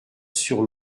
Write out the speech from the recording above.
sur